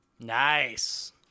Nice